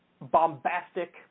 bombastic